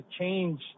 change